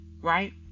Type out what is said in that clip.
right